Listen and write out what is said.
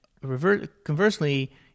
conversely